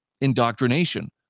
indoctrination